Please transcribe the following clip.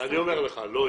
אני אומר לך "לא יהיה".